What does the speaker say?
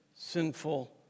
sinful